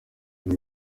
hari